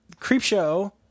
Creepshow